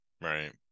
right